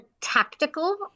tactical